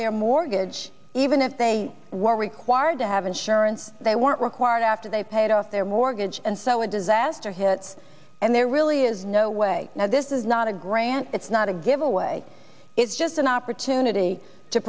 their mortgage even if they were required to have insurance they weren't required after they paid off their mortgage and so a disaster hits and there really is no way now this is not a grant it's not a give away is just an opportunity to